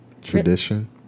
Tradition